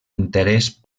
interès